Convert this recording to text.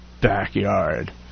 backyard